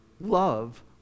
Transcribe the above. Love